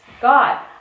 God